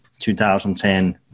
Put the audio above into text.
2010